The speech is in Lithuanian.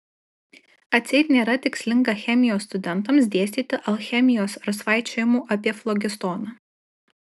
atseit nėra tikslinga chemijos studentams dėstyti alchemijos ar svaičiojimų apie flogistoną